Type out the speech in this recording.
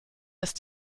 ist